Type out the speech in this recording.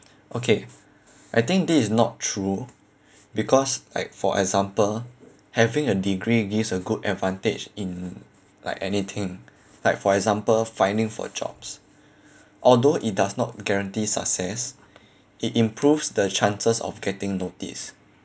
okay I think this is not true because like for example having a degree gives a good advantage in like anything like for example finding for jobs although it does not guarantee success it improves the chances of getting noticed